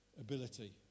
ability